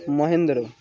Mahendra